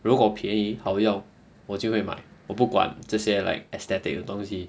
如果便宜好用我就会买我不管这些 like aesthetic 的东西